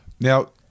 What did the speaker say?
Now –